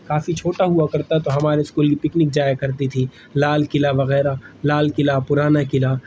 کافی چھوٹا ہوا کرتا تو ہمارے اسکول میں پکنک جایا کرتی تھی لال قلعہ وغیرہ لال قلعہ پرانا قلعہ